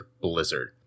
Blizzard